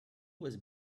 was